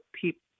people